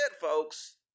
folks